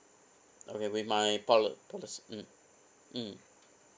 okay with my poli~ policy mm mm